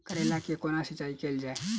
करैला केँ कोना सिचाई कैल जाइ?